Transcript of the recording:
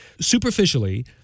Superficially